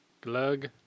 Glug